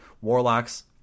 warlocks